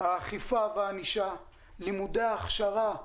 האכיפה והענישה, לימודי ההכשרה,